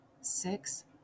six